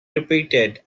repeated